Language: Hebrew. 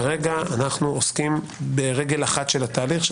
כרגע אנו עוסקים ברגל אחת של התהליך,